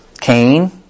Cain